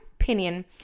opinion